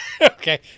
Okay